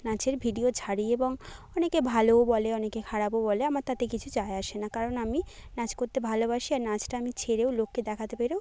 নাচের ভিডিও ছাড়ি এবং অনেকে ভালোও বলে অনেকে খারাপও বলে আমার তাতে কিছু যায় আসে না কারণ আমি নাচ করতে ভালোবাসি আর নাচটা আমি ছেড়েও লোককে দেখাতে পেরেও